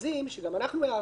שגם אנחנו הערנו לה,